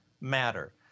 matter